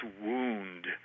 wound